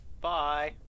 bye